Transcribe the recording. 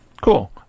Cool